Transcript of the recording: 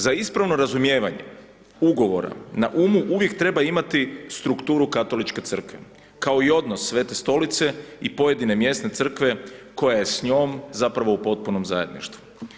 Za ispravno razumijevanje ugovora na umu uvijek treba imati strukturu Katoličke crkve kao i odnos Svete Stolice i pojedine mjesne crkve koja je s njom zapravo u potpunom zajedništvu.